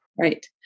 Right